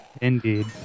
Indeed